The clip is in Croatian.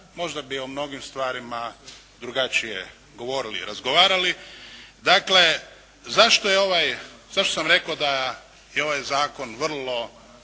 možda bi o mnogim stvarima drugačije govorili, razgovarali. Dakle zašto sam rekao da je ovaj zakon vrlo